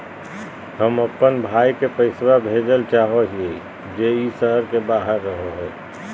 हम अप्पन भाई के पैसवा भेजल चाहो हिअइ जे ई शहर के बाहर रहो है